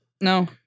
No